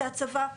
זה הצבא.